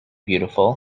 beautiful